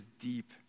deep